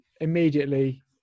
immediately